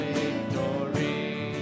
victory